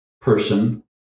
person